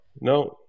no